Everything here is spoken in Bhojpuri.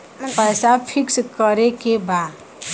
पैसा पिक्स करके बा?